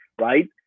right